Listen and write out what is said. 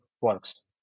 works